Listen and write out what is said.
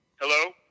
Hello